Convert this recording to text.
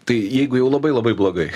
tai jeigu jau labai labai blogai